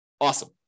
awesome